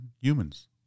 humans